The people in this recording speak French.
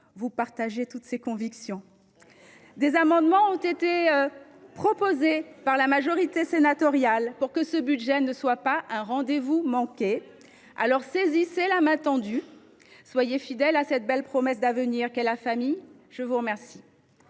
vous partagez, au fond, ces convictions. Des amendements ont été déposés par la majorité sénatoriale pour que ce budget ne soit pas un rendez vous manqué. Saisissez la main tendue ! Soyez fidèle à cette belle promesse d’avenir qu’est la famille. Bravo ! La parole